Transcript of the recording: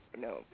no